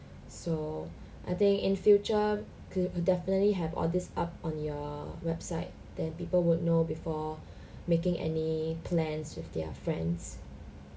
so I think in future will definitely have all this up on your website then people would know before making any plans with their friends